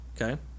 Okay